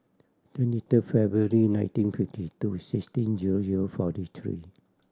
twenty third February nineteen fifty two sixteen zero zero forty three